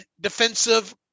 defensive